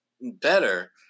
better